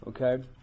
Okay